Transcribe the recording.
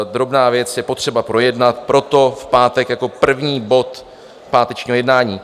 Drobná věc, je potřeba projednat, proto v pátek jako první bod pátečního jednání.